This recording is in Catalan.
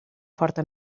forta